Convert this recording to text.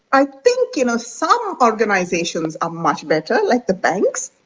i think, you know, some organisations are much better, like the banks,